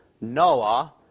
Noah